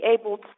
able